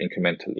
incrementally